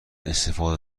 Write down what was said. استعفا